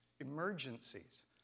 emergencies